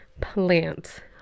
plant